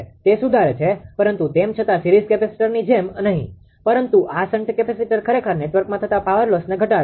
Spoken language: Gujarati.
તે સુધારે છે પરંતુ તેમ છતાં સીરીઝ કેપેસિટરની જેમ નહીં પરંતુ આ શન્ટ કેપેસિટર ખરેખર નેટવર્કમાં થતા પાવર લોસને ઘટાડે છે